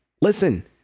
listen